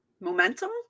Momentum